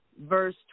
verse